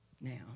now